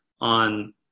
on